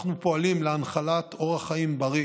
אנחנו פועלים להנחלת אורח חיים בריא